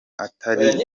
atari